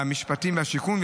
המשפטים והשיכון,